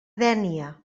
dénia